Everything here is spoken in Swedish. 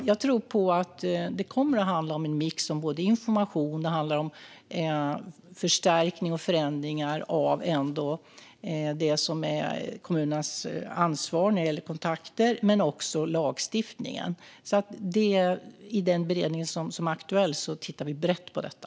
Jag tror att det kommer att handla om en mix av information och förstärkningar och förändringar av kommunernas ansvar när det gäller kontakter, men också om lagstiftningen. I den beredning som är aktuell tittar vi brett på detta.